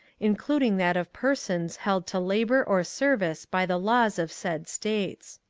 in cluding that of persons held to labour or service by the laws of said states.